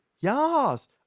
Yes